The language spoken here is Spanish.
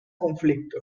conflicto